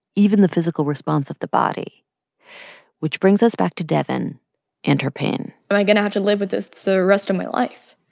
even the physical response of the body which brings us back to devyn and her pain am i going to have to live with this the rest of my life?